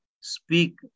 speak